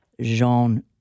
Jean